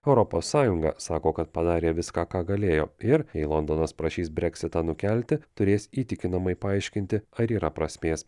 europos sąjunga sako kad padarė viską ką galėjo ir jei londonas prašys breksitą nukelti turės įtikinamai paaiškinti ar yra prasmės